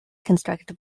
constructed